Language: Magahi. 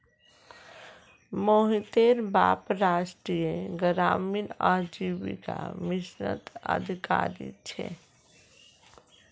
मोहितेर बाप राष्ट्रीय ग्रामीण आजीविका मिशनत अधिकारी छे